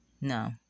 No